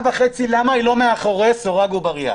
וחצי למה היא לא מאחורי סורג ובריח.